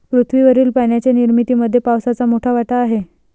पृथ्वीवरील पाण्याच्या निर्मितीमध्ये पावसाचा मोठा वाटा आहे